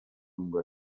lungo